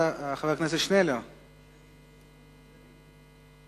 הצעת חוק הביטוח הלאומי (תיקון, סייג